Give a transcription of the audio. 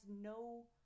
no